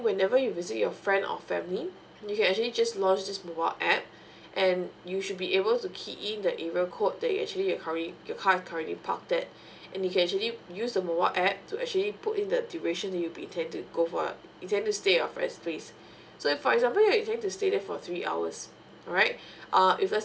whenever you visit your friend or family you can actually just launch this mobile app and you should be able to key in the area code that you actually your curry your car is currently park at and you can actually use the mobile app to actually put in the duration you be intend to go for intend to stay the first place so for example right you going to stay there for three hours alright uh if let say